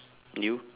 you